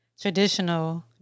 traditional